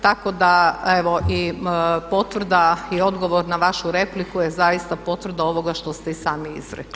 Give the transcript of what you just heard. Tako da evo i potvrda i odgovor na vašu repliku je zaista potvrda ovoga što ste i sami izrekli.